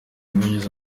binyuze